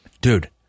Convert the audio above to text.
Dude